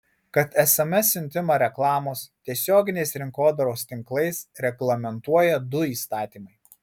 kad sms siuntimą reklamos tiesioginės rinkodaros tinklais reglamentuoja du įstatymai